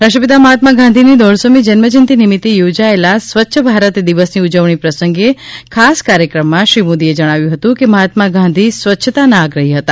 રાષ્ટ્રપિતા મહાત્મા ગાંધીની દોઢસોમી જન્મજ્યંતિ નિમિત્ત યોજાયેલા સ્વચ્છ ભારત દિવસની ઉજવણી પ્રસંગે યોજાયેલા ખાસ કાર્યક્રમમાં શ્રી મોદીએ જણાવ્યું હતું કે મહાત્મા ગાંધી સ્વચ્છતાના આગ્રહી હતા